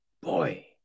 boy